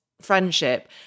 friendship